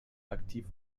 aktiv